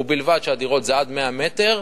ובלבד שהדירות עד 100 מטר,